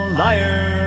liar